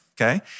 okay